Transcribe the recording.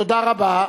תודה רבה.